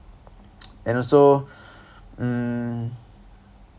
and also mm